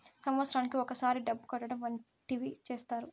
సంవత్సరానికి ఒకసారి డబ్బు కట్టడం వంటివి చేత్తారు